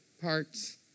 parts